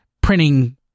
printing